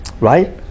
right